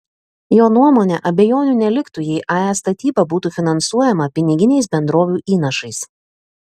jo nuomone abejonių neliktų jei ae statyba būtų finansuojama piniginiais bendrovių įnašais